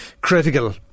critical